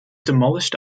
demolished